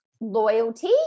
Loyalty